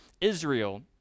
Israel